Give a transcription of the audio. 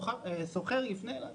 סוחר יפנה אליו: